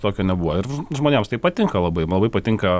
tokio nebuvo ir žmonėms tai patinka labai labai patinka